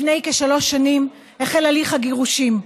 לפי כשלוש שנים החל הליך הגירושין,